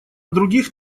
других